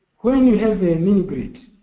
when you have a mini grid,